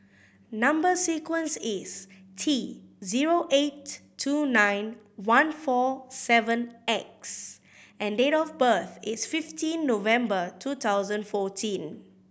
number sequence is T zero eight two nine one four seven X and date of birth is fifteen November two thousand fourteen